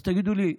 אז תגידו לי,